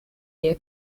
year